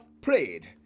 prayed